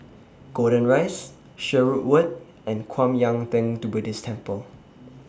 Golden Rise Sherwood Road and Kwan Yam Theng Buddhist Temple